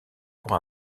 pour